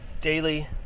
daily